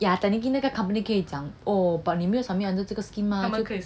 yeah technically 那个 company 跟你讲 oh 你没有 submit under 这个 scheme mah